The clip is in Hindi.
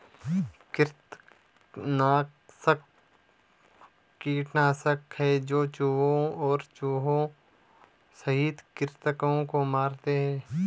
कृंतकनाशक कीटनाशक है जो चूहों और चूहों सहित कृन्तकों को मारते है